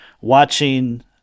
watching